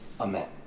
Amen